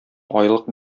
айлык